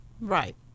Right